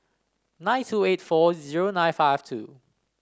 nine two eight four zero nine five two